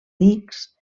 dics